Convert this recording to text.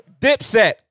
Dipset